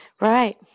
Right